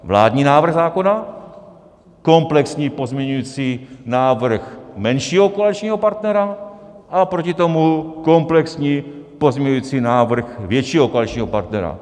Vládní návrh zákona, komplexní pozměňovací návrh menšího koaličního partnera a proti tomu komplexní pozměňovací návrh většího koaličního partnera.